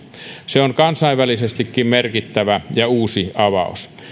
se on kansainvälisestikin merkittävä ja uusi avaus